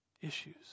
issues